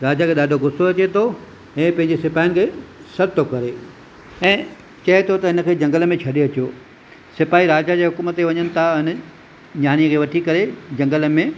राजा खे ॾाढो गुसो अचे थो हीअ पंहिंजे सिपाहिन खे सॾु थो करे ऐं चए थो त हिनखे जंगल में छॾे अचो सिपाही राजा जे हुकुम ते वञनि था हुन नियाणी खे वठी करे जंगल में